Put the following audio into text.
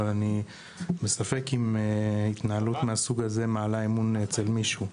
אבל אני בספק אם התנהלות מהסוג הזה מעלה אמון אצל מישהו.